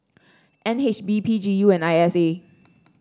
N H B P G U and I S A